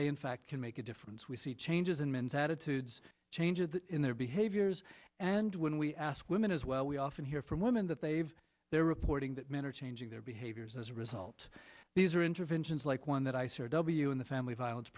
they in fact can make a difference we see changes in men's attitudes changes in their behaviors and when we ask women as well we often hear from women that they've they're reporting that men are changing their behaviors as a result these are interventions like one that ice or w in the family violence